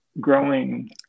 growing